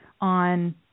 on